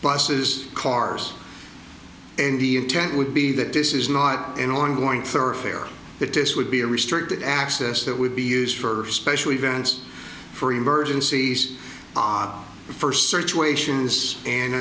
buses cars and the intent would be that this is not an ongoing thoroughfare the test would be a restricted access that would be used for special events for emergencies